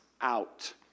out